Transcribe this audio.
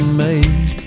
made